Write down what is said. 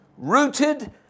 Rooted